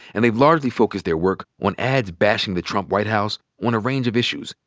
and they've largely focused their work on ads bashing the trump white house on a range of issues,